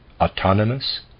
autonomous